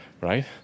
Right